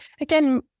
again